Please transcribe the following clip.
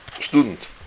student